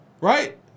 right